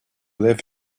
live